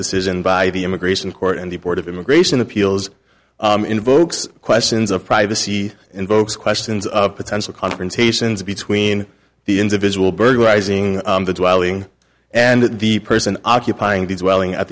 decision by the immigration court and the board of immigration appeals invokes questions of privacy and both questions of potential confrontations between the individual burglarizing the dwelling and the person occupying the swelling at